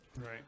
Right